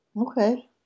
Okay